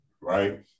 right